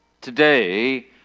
today